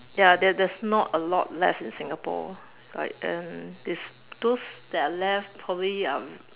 ya there there's not a lot left in singapore but then this those that are left probably um